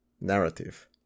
narrative